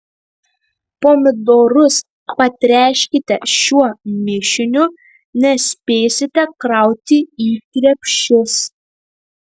pomidorus patręškite šiuo mišiniu nespėsite krauti į krepšius